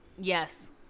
Yes